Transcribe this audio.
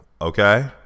Okay